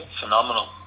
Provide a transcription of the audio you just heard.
phenomenal